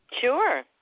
Sure